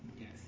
Yes